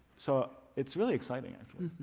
so it's really exciting actually.